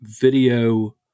video